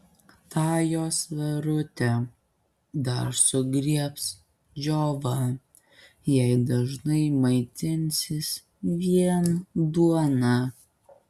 tą jos verutę dar sugriebs džiova jei dažnai maitinsis vien duona